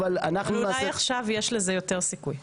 אולי עכשיו יש לזה יותר סיכוי.